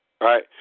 Right